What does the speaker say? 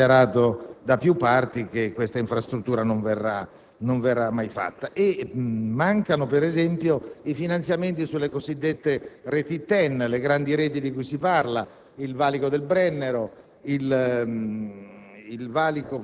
sia stato dichiarato da più parti che questa infrastruttura non verrà mai realizzata; mancano, altro esempio, i finanziamenti sulle cosiddette reti TEN, le grandi reti di cui si parla (il Valico del Brennero o il